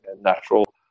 natural